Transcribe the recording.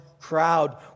crowd